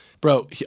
Bro